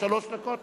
שלוש דקות?